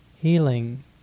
healing